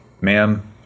ma'am